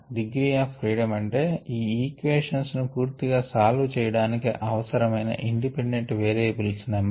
degree of freedom అంటే ఈ equations ను పూర్తీ గా సాల్వ్ చేయడానికి అవసరమైన ఇండిపెండెంట్ వేరియబుల్ నెంబరు